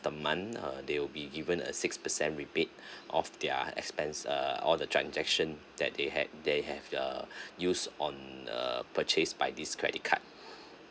the month uh they will be given a six percent rebate of their expense uh all the transaction that they had they have uh use on uh purchase by this credit card